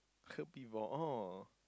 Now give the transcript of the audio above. heard before oh